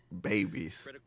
babies